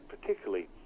particularly